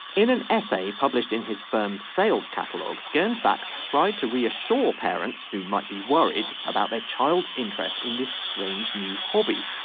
in an essay published in his firm's sales catalogue ganz back tried to reassure parents who might be worried about their child's interest in this strange new hobby.